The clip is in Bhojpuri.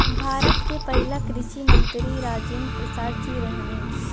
भारत के पहिला कृषि मंत्री राजेंद्र प्रसाद जी रहने